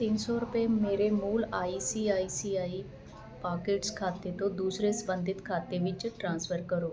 ਤਿੰਨ ਸੋ ਰੁਪਏ ਮੇਰੇ ਮੂਲ I C I C I pockets ਖਾਤੇ ਤੋਂ ਦੂਸਰੇ ਸੰਬੰਧਿਤ ਖਾਤੇ ਵਿੱਚ ਟ੍ਰਾਂਸਫਰ ਕਰੋ